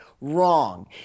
wrong